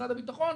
במשרד הביטחון,